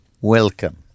welcome